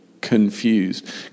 confused